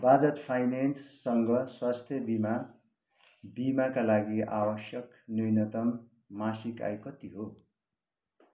बजाज फाइनेन्ससँग स्वास्थ्य बिमा बिमाका लागि आवश्यक न्यूनतम मासिक आय कति हो